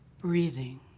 Breathing